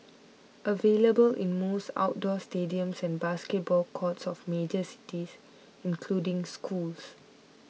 available in most outdoor stadiums and basketball courts of major cities including schools